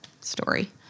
story